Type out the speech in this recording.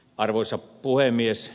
arvoisa puhemies